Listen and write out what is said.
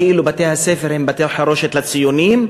שבתי-הספר הם כאילו בתי-חרושת לציונים,